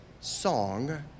song